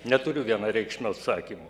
neturiu vienareikšmio atsakymo